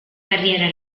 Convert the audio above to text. carriera